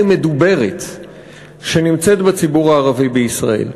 מדוברת שנמצאת בציבור הערבי בישראל,